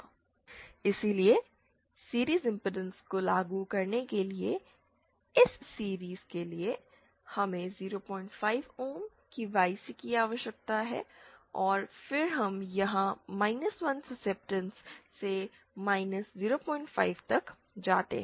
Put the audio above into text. इसलिए series impedance को लागू करने के लिए इस सीरीज़ के लिए हमें 05 ओम की YC की आवश्यकता है और फिर हम यहां 1 सुस्सेप्टेंस से 05 तक जाते हैं